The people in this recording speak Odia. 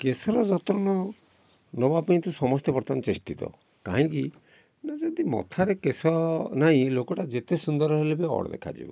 କେଶର ଯତ୍ନ ନେବା ପାଇଁ ତ ସମସ୍ତେ ବର୍ତ୍ତମାନ ଚେଷ୍ଟିତ କାହିଁକି ନା ଯଦି ମଥାରେ କେଶ ନାଇଁ ଲୋକଟା ଯେତେ ସୁନ୍ଦର ହେଲେ ବି ଅଡ଼୍ ଦେଖାଯିବ